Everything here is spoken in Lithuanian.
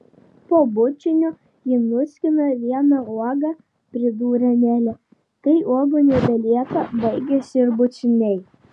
po bučinio ji nuskina vieną uogą pridūrė nelė kai uogų nebelieka baigiasi ir bučiniai